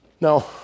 Now